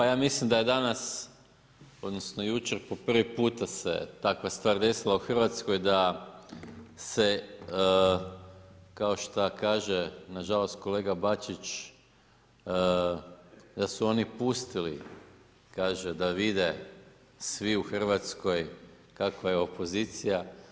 Pa ja mislim da je danas odnosno jučer po prvi puta se takva stvar desila u Hrvatskoj da se kao što kaže na žalost kolega Bačić da su oni pustili kaže da vide svi u Hrvatskoj kakva je opozicija.